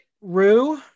Rue